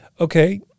okay